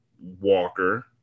walker